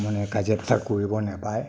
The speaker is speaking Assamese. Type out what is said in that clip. মানে কাজিয়া পেছাল কৰিব নেপায়